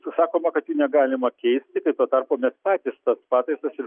sakoma kad jų negalima keisti tuo tarpu mes patys tas pataisas ir